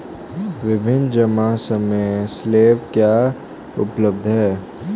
विभिन्न जमा समय स्लैब क्या उपलब्ध हैं?